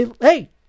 hey